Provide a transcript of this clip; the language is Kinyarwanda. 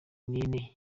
nine